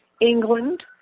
England